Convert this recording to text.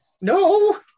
no